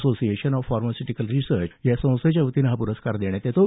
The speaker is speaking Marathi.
असोसिएशन ऑफ फार्मास्यूटिकल रिसर्च या संस्थेच्या वतीनं हा पुरस्कार देण्यात येतो